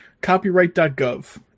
Copyright.gov